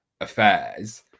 affairs